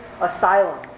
asylum